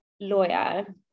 lawyer